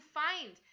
find